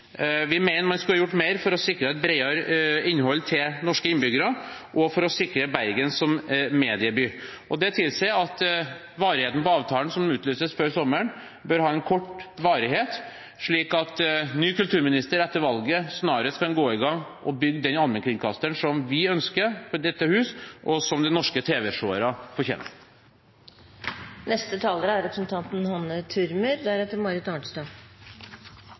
Vi mener man skulle gjort mer for å sikre et bredere innhold til norske innbyggere og for å sikre Bergen som medieby. Det tilsier at avtalen som utlyses før sommeren, bør ha en kort varighet, slik at ny kulturminister etter valget snarest kan gå i gang og bygge den allmennkringkasteren som vi i dette hus ønsker, og som norske tv-seere fortjener. Kristelig Folkeparti mener mediemangfold er